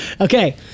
Okay